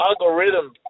algorithm